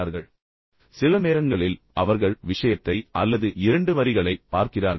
சில நேரங்களில் அவர்கள் விஷயத்தைப் பார்க்கிறார்கள் சில நேரங்களில் அவர்கள் ஒன்று அல்லது இரண்டு வரிகளை விரைவாக நோக்குகிறார்கள்